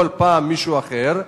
בכל פעם מישהו אחר,